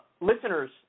listeners